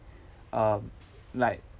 um like